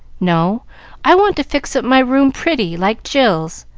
no i want to fix up my room pretty, like jill's.